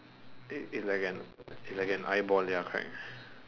it's it's like an it's like an eyeball ya correct